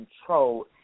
control